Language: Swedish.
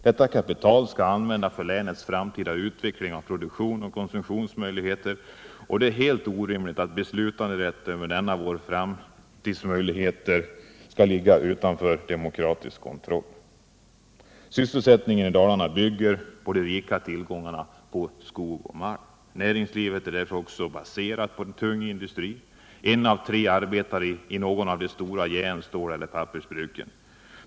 Detta kapital skall användas för länets framtida utveckling av produktion och konsumtionsmöjligheter, och det är helt orimligt att beslutanderätten över denna vår framtid ligger utanför demokratisk kontroll. Sysselsättningen i Dalarna bygger på de rika tillgångarna på skog och malm. Näringslivet är därför också baserat på tung industri: En arbetare av tre arbetar vid något av de stora järn-, ståleller pappersbruken.